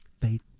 faith